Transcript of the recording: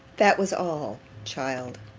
that was all, child.